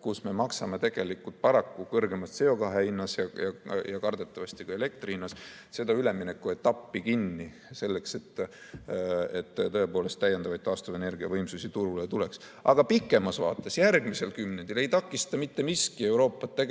kus me maksame tegelikult paraku kõrgema CO2hinnaga ja kardetavasti ka elektri hinnaga seda üleminekuetappi kinni, selleks et tõepoolest täiendavaid taastuvenergiavõimsusi turule tuleks. Aga pikemas vaates, järgmisel kümnendil ei takista mitte miski Euroopat